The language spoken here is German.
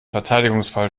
verteidigungsfall